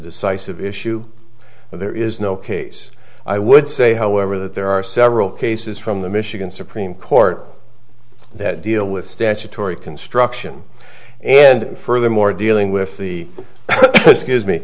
decisive issue there is no case i would say however that there are several cases from the michigan supreme court that deal with statutory construction and furthermore dealing with the